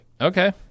Okay